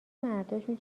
مرداشون